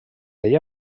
ella